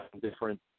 different